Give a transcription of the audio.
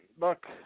look